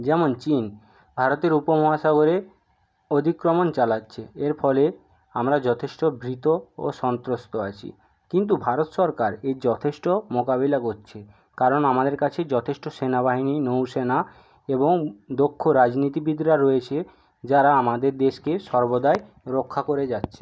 যেমন চীন ভারতের উপমহাসাগরে অধিক্রমণ চালাচ্ছে এর ফলে আমরা যথেষ্ট ভীত ও সন্ত্রস্ত আছি কিন্তু ভারত সরকার এর যথেষ্ট মোকাবিলা করছে কারণ আমাদের কাছে যথেষ্ট সেনাবাহিনী নৌ সেনা এবং দক্ষ রাজনীতিবিদরা রয়েছে যারা আমাদের দেশকে সর্বদাই রক্ষা করে যাচ্ছে